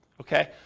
Okay